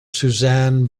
suzanne